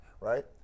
right